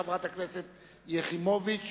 חברת הכנסת שלי יחימוביץ,